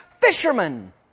fisherman